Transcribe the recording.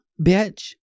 bitch